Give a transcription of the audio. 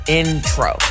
intro